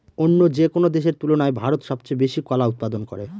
অন্য যেকোনো দেশের তুলনায় ভারত সবচেয়ে বেশি কলা উৎপাদন করে